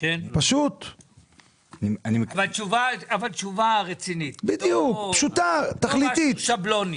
אבל תשובה רצינית, לא משהו שבלוני.